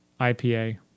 ipa